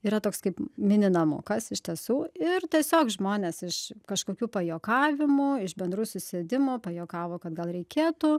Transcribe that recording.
yra toks kaip mini namukas iš tiesų ir tiesiog žmonės iš kažkokių pajuokavimų iš bendrų susėdimų pajuokavo kad gal reikėtų